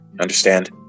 understand